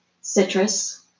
citrus